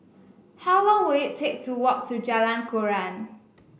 how long will it take to walk to Jalan Koran